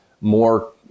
more